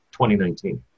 2019